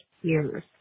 years